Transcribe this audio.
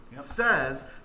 says